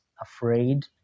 afraid